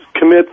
commit